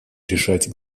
решать